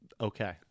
Okay